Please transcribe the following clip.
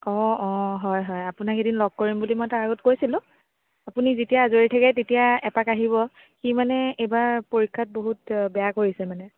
অঁ অঁ হয় হয় আপোনাক এদিন লগ কৰিম বুলি মই তাৰ আগত কৈছিলোঁ আপুনি যেতিয়াই আজৰি থাকে তেতিয়াই এপাক আহিব সি মানে এইবাৰ পৰীক্ষাত বহুত বেয়া কৰিছে মানে